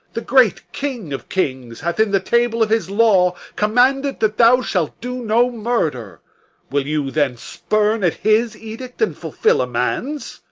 the great king of kings hath in the table of his law commanded that thou shalt do no murder will you then spurn at his edict and fulfil a man's?